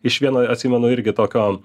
iš vieno atsimenu irgi tokio